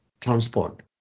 Transport